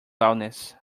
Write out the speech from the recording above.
loudness